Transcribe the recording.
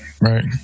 right